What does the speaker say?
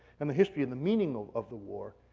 and the history of the meaning of of the war